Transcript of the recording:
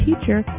teacher